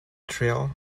trail